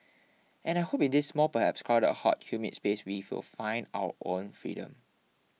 and I hope in this small perhaps crowded hot humid space we will find our own freedom